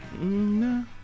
No